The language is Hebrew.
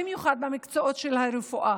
במיוחד במקצועות הרפואה.